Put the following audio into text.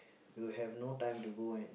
you have no time to go and